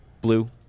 blue